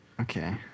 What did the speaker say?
Okay